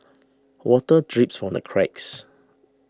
water drips from the cracks